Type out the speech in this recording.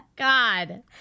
god